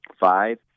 five